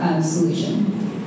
solution